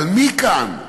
אבל מכאן,